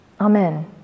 Amen